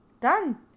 done